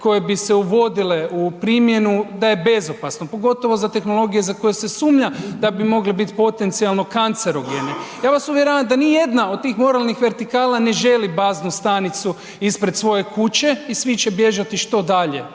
koje bi se uvodile u primjenu da je bezopasno, pogotovo za tehnologije za koje se sumnja da bi mole biti potencijalno kancerogene? Ja vas uvjeravam da nijedna od tih moralnih vertikala ne želi baznu stanicu ispred svoje kuće i svi će bježati što dalje,